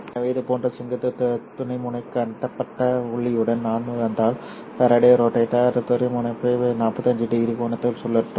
எனவே இதுபோன்ற செங்குத்து துருவமுனைக்கப்பட்ட ஒளியுடன் நான் வந்தால் ஃபாரடே ரோட்டேட்டர் துருவமுனைப்பை 45 டிகிரி கோணத்தில் சுழற்றும்